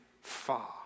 far